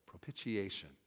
Propitiation